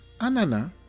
anana